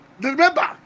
Remember